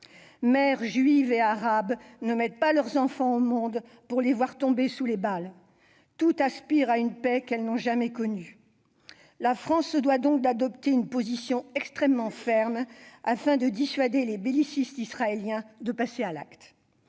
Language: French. Mères juives et arabes ne mettent pas leurs enfants au monde pour les voir tomber sous les balles. Toutes aspirent à une paix qu'elles n'ont jamais connue. La France se doit donc d'adopter une position extrêmement ferme afin de dissuader les bellicistes israéliens de passer à l'acte.